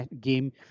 game